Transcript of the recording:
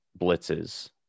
blitzes